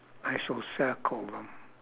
I shall circle one